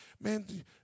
man